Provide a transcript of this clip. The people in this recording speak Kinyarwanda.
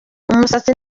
umusatsi